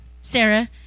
Sarah